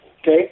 okay